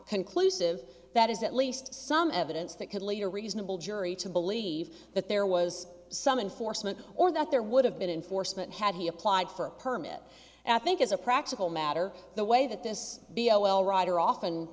conclusive that is at least some evidence that could lead a reasonable jury to believe that there was some enforcement or that there would have been an forsman had he applied for a permit and i think as a practical matter the way that this b l rider often